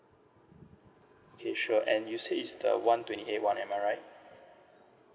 okay sure and you said it's the one twenty eight one am I right